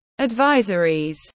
advisories